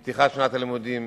עם פתיחת שנת הלימודים.